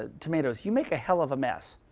ah tomatoes, you make a hell of a mess.